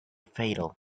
fatal